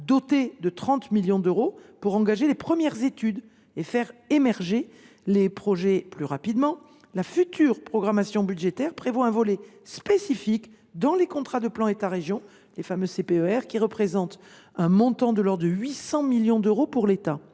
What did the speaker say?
doté de 30 millions d’euros, pour engager de premières études et faire émerger les projets plus rapidement, la future programmation budgétaire prévoit un volet spécifique dans les contrats de plan État régions, les fameux CPER, représentant un montant de l’ordre de 800 millions d’euros pour l’État.